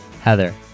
Heather